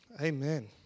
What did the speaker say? Amen